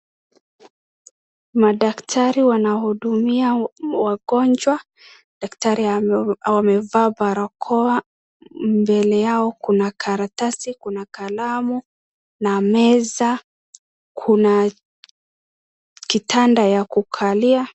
Madakitari wanawahudumia wangonjwa, dakitari wamevalia barakoa. Mbele yao kuna karatasi, kuna kalamu na meza kuna kitanda ya kukalia.